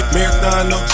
Marathon